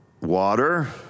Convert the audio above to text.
Water